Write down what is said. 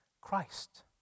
Christ